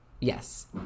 Yes